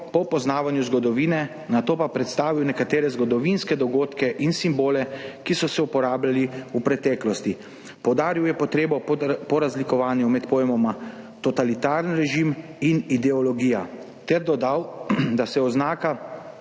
po poznavanju zgodovine, nato pa predstavil nekatere zgodovinske dogodke in simbole, ki so se uporabljali v preteklosti. Poudaril je potrebo po razlikovanju med pojmoma totalitarni režim in ideologija ter dodal, da se oznaka